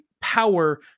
power